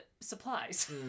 supplies